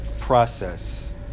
process